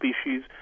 species